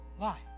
life